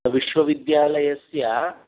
विश्वविद्यालयस्य